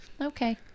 okay